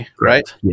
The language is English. right